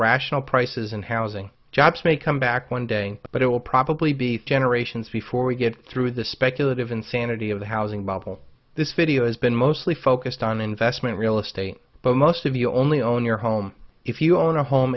rational prices in housing jobs may come back one day but it will probably be generations before we get through the speculative insanity of the housing bubble this video has been mostly focused on investment real estate but most of you only own your home if you own a home